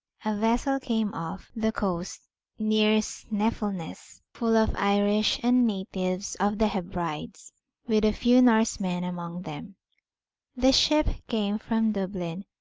a vessel came off the coast near snaefellness, full of irish and natives of the hebrides, with a few norsemen among them the ship came from dublin,